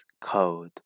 code